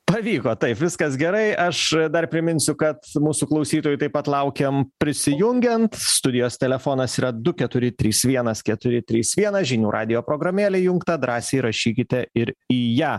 pavyko taip viskas gerai aš dar priminsiu kad su mūsų klausytojų taip pat laukiam prisijungiant studijos telefonas yra du keturi trys vienas keturi trys vienas žinių radijo programėlė įjungta drąsiai rašykite ir į ją